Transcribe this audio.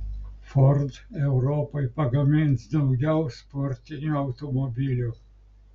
ford europai pagamins daugiau sportinių automobilių